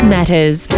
Matters